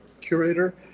curator